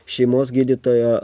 šeimos gydytojo